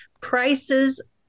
Prices